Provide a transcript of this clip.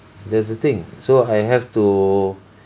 that's the thing so I have to